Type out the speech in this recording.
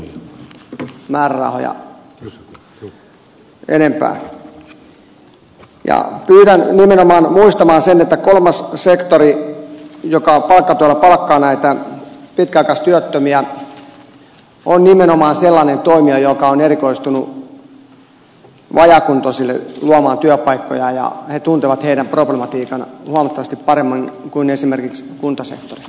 pyydän nimenomaan muistamaan sen että kolmas sektori joka palkkatuella palkkaa näitä pitkäaikaistyöttömiä on nimenomaan sellainen toimija joka on erikoistunut luomaan vajaakuntoisille työpaikkoja ja tuntee heidän problematiikkansa huomattavasti paremmin kuin esimerkiksi kuntasektori